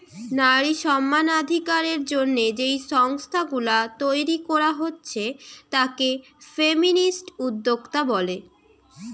নারী সমানাধিকারের জন্যে যেই সংস্থা গুলা তইরি কোরা হচ্ছে তাকে ফেমিনিস্ট উদ্যোক্তা বলে